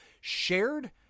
shared